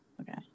okay